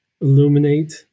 illuminate